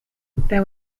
there